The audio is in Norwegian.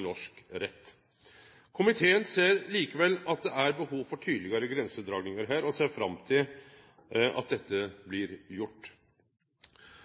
norsk rett. Komiteen ser likevel at det er behov for tydelegare grensedragingar her, og ser fram til at dette blir gjort.